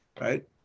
right